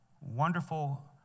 wonderful